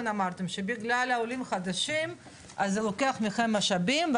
אמרתם שבגלל העולים החדשים אז זה לוקח ממכם משאבים,